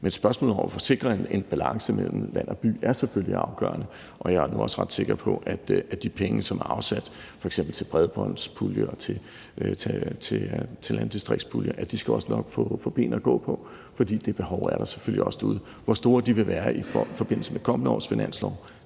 Men spørgsmålet om at få sikret en balance mellem land og by er selvfølgelig afgørende, og jeg er nu også ret sikker på, at de penge, som er afsat f.eks. til bredbåndspuljen og til landdistriktspuljen, nok skal få ben at gå på, for det behov er der selvfølgelig også derude. Hvor store de vil være i forbindelse med det kommende års finanslov,